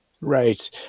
Right